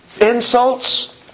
Insults